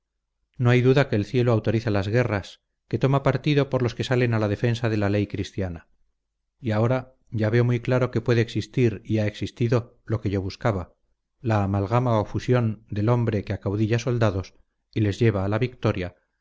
no hay duda que el cielo autoriza las guerras que toma partido por los que salen a la defensa de la ley cristiana y ahora ya veo muy claro que puede existir y ha existido lo que yo buscaba la amalgama o fusión del hombre que acaudilla soldados y les lleva a la victoria